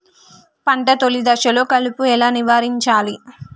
పంట తొలి దశలో కలుపు ఎలా నివారించాలి?